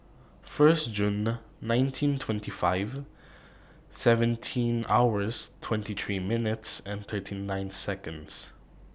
First Junr nineteen twenty five seventeen hours twenty three minutes and thirty nine Seconds